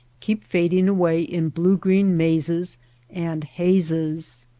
keep fading away in blue green mazes and hazes.